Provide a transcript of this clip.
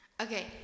Okay